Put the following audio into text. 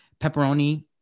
pepperoni